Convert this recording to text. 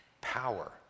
power